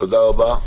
תודה רבה.